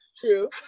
true